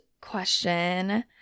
question